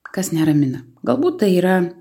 kas neramina galbūt tai yra